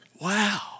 Wow